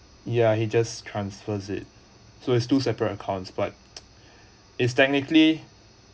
ya he just transfer it so is two separate accounts but is technically